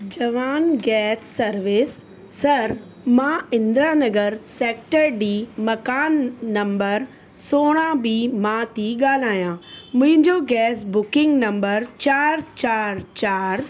जवान gas service सर मां इन्द्रां नगर सैक्टर डी मकान नम्बर सोरहं बी मां थी ॻाल्हायां मुंहिंजो गैस बुकिंग नम्बर चारि चारि चारि